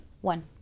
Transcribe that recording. One